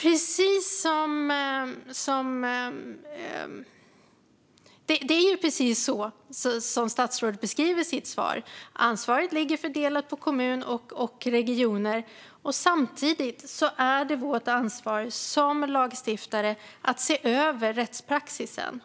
Det är precis så som statsrådet beskriver det i sitt svar - ansvaret ligger fördelat på kommuner och regioner. Samtidigt är det vårt ansvar som lagstiftare att se över rättspraxis.